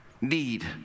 need